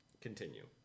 Continue